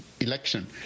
election